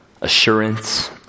Assurance